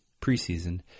preseason